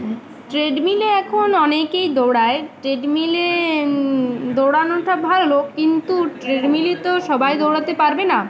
ট্রেডমিলে এখন অনেকেই দৌড়ায় ট্রেডমিলে দৌড়ানোটা ভালো কিন্তু ট্রেডমিলে তো সবাই দৌড়াতে পারবে না